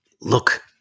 Look